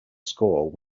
score